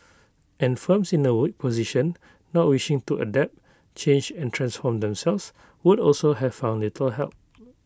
and firms in A weak position not wishing to adapt change and transform themselves would also have found little help